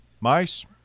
mice